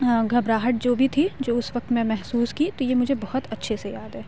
گھبراہٹ جو بھی تھی جو اُس وقت میں محسوس کی تو یہ مجھے بہت اچھے سے یاد ہے